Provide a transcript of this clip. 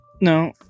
No